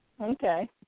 Okay